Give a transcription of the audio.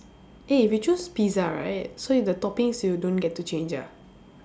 eh we choose pizza right so if the toppings you don't get to change ah